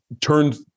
turned